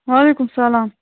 وعلیکُم سَلام